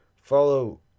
Follow